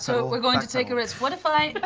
so we're going to take a rest. what if i